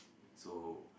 so